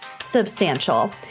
substantial